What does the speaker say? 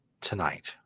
tonight